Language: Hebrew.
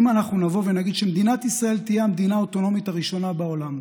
נגיד שמדינת ישראל תהיה המדינה האוטונומית הראשונה בעולם,